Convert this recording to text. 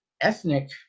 ethnic